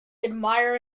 admire